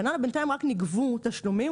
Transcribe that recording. בינתיים רק נגבו תשלומים,